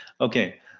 Okay